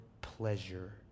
pleasure